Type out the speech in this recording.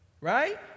right